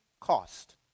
Cost